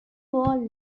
wore